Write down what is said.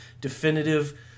definitive